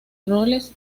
roles